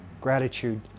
gratitude